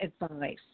advice